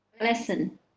lesson